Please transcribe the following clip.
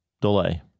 delay